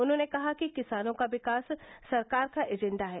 उन्होंने कहा कि किसानों का विकास सरकार का एजेंडा है